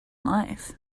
life